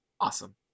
Awesome